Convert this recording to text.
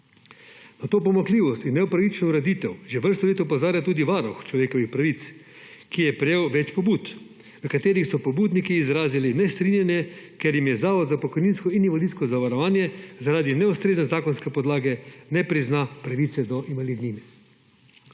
Na to pomanjkljivosti in nepravično ureditev že vrsto let opozarja tudi Varuh človekovih pravic, ki je prejel več pobud, v katerih so pobudniki izrazili nestrinjanje, ker jim Zavod za pokojninsko in invalidsko zavarovanje zaradi neustrezne zakonske podlage ne prizna pravice do invalidnine.